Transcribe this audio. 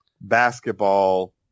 basketball